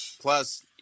Plus